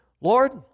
Lord